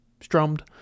strummed